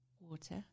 water